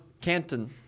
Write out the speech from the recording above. Canton